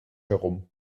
herum